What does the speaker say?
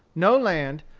no land,